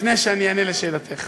לפני שאענה על שאלתך,